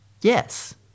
Yes